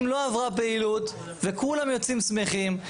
אם לא עברה פעילות וכולם יוצאים שמחים,